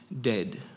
dead